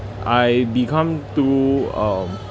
I become too um